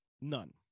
None